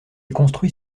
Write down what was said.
construit